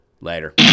Later